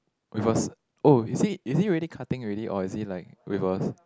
with us oh is he is he already cutting already or is he like with us